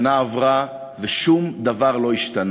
שנה עברה ושום דבר לא השתנה.